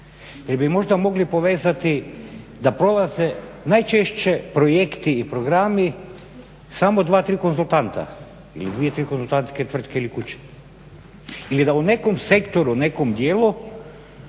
jer bi možda mogli povezati da prolaze najčešće projekti i programi samo dva, tri konzultanta ili dvije, tri konzultantske tvrtke ili kuće. Ili da u nekom sektoru, nekom dijelu